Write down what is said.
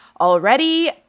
already